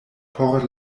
por